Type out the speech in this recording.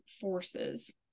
forces